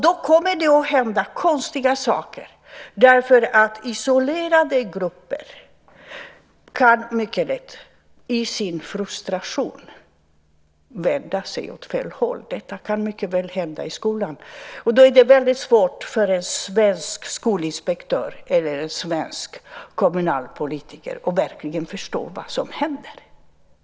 Då kommer det att hända konstiga saker, därför att isolerade grupper kan mycket lätt i sin frustration vända sig åt fel håll. Detta kan mycket väl hända i skolan. Då är det väldigt svårt för en svensk skolinspektör eller en svensk kommunalpolitiker att verkligen förstå vad som händer.